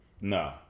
no